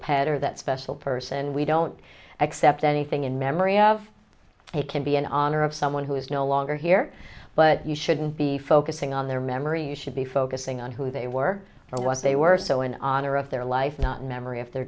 pet or that special person we don't accept anything in memory of they can be an honor of someone who is no longer here but you shouldn't be focusing on their memory you should be focusing on who they were or was they were so in honor of their life not memory of their